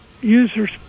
users